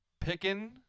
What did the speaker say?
Picking